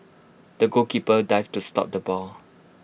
the goalkeeper dived to stop the ball